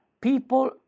people